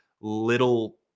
little